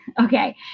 okay